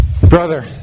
Brother